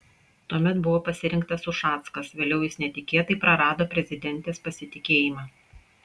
tuomet buvo pasirinktas ušackas vėliau jis netikėtai prarado prezidentės pasitikėjimą